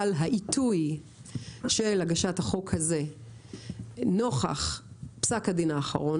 אבל העיתוי של הגשת החוק הזה נוכח פסק הדין האחרון